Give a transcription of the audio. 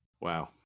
Wow